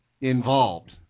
involved